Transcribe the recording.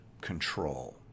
control